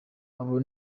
abo